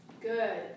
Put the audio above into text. Good